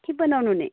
के बनाउनु हुने